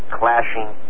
clashing